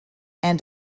and